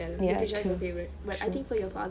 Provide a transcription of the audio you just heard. ya true true